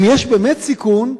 אם יש באמת סיכון,